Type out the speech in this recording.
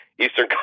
Eastern